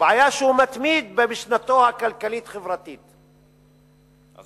הבעיה היא שהוא מתמיד במשנתו הכלכלית-החברתית התאצ'ריסטית.